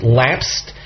lapsed